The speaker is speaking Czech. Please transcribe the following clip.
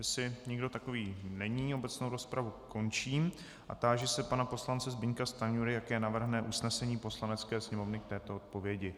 Jestli nikdo takový není, obecnou rozpravu končím a táži se pana poslance Zbyňka Stanjury, jaké navrhne usnesení Poslanecké sněmovny k této odpovědi.